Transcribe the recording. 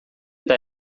eta